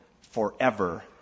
forever